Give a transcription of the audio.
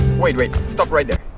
wait wait. stop right there.